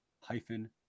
hyphen